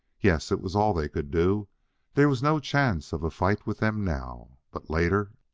yes, it was all they could do there was no chance of a fight with them now. but later!